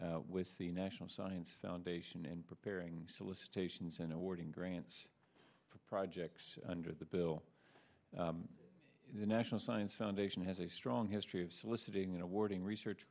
with the national science foundation in preparing solicitations in awarding grants for projects under the bill the national science foundation has a strong history of soliciting awarding research